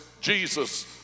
Jesus